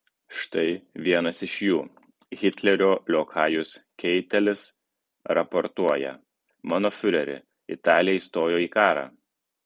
štai vienas iš jų hitlerio liokajus keitelis raportuoja mano fiureri italija įstojo į karą